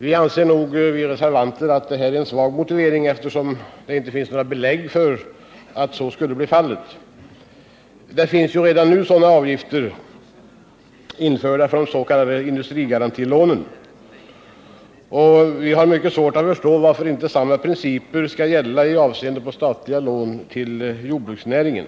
Vi reservanter anser nog att detta är en svag motivering, eftersom det inte finns några belägg för att så skulle bli fallet. Det finns redan nu sådana avgifter införda för de s.k. industrigarantilånen, och vi har mycket svårt att förstå varför inte samma principer skall gälla i avseende på statliga lån till jordbruksnäringen.